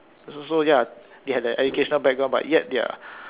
it's also ya they have the educational background but yet they're